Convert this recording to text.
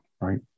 right